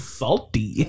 salty